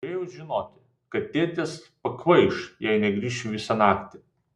turėjau žinoti kad tėtis pakvaiš jei negrįšiu visą naktį